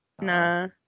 Nah